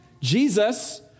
Jesus